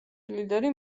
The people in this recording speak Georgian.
ლიდერი